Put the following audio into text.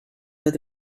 with